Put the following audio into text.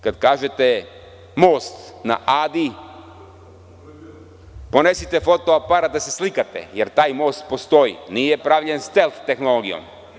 Kad kažete - Most na Adi, ponesite foto aparat da se slikate, jer taj most postoji, nije pravljen stelt tehnologijom.